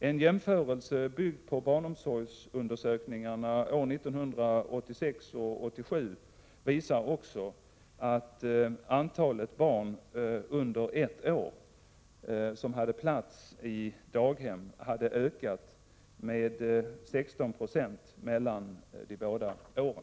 En jämförelse byggd på barnomsorgsundersökningarna år 1986 och 1987 visar också att antalet barn under ett år som hade plats i daghem hade ökat med 16 96 mellan de båda åren.